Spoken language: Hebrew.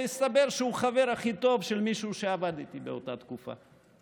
הסתבר שהוא החבר הכי טוב של מישהו שעבד איתי באותה תקופה.